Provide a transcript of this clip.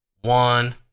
one